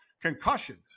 concussions